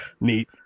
Neat